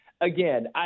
again